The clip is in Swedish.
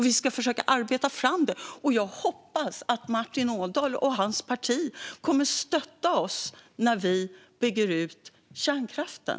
Vi ska försöka arbeta fram detta, och jag hoppas att Martin Ådahl och hans parti kommer att stötta oss när vi bygger ut kärnkraften.